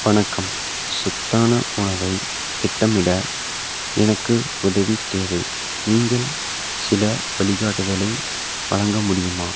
வணக்கம் சத்தான உணவைத் திட்டமிட எனக்கு உதவி தேவை நீங்கள் சில வழிகாட்டுதலை வழங்க முடியுமா